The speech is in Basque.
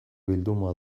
bilduma